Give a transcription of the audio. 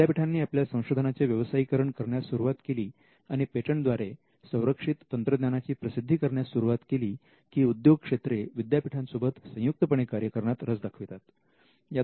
विद्यापीठांनी आपल्या संशोधनांचे व्यवसायीकरण करण्यास सुरुवात केली आणि पेटंट द्वारे संरक्षित तंत्रज्ञानाची प्रसिद्धी करण्यास सुरुवात केली की उद्योगक्षेत्र विद्यापीठांसोबत संयुक्तपणे कार्य करण्यात रस दाखवितात